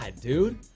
dude